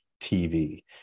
TV